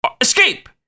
escape